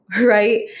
right